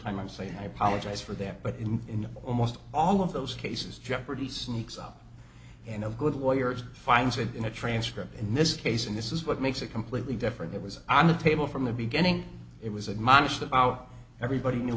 time i say i apologize for that but in almost all of those cases jeopardy sneaks up and of good lawyers finds it in the transcript in this case and this is what makes a completely different it was on the table from the beginning it was admonished about everybody knew